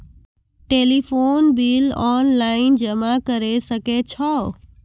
Telephone bill online जमा करै सकै छौ?